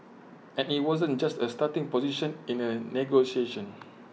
and IT wasn't just A starting position in A negotiation